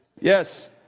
Yes